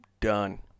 Done